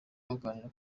baganira